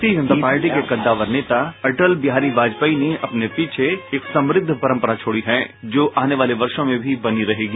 भारतीय जनता पार्टी के कद्दावर नेता अटल बिहारी वाजपेयी ने अपने पीछे एक समृद्ध परम्परा छोड़ी है जो आने वाले वर्षों में भी बनी रहेगी